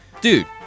dude